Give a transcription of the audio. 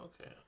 okay